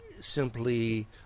simply